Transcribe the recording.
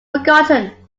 forgotten